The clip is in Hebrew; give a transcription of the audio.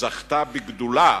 זכתה בגדולה